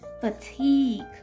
fatigue